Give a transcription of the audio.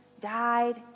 died